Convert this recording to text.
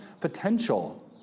potential